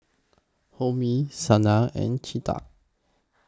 Homi Sanal and Chetan